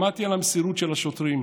שמעתי על המסירות של השוטרים,